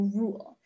rule